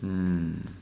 hmm